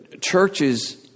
churches